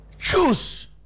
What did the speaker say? Choose